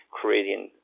creating